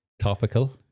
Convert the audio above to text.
topical